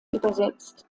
übersetzt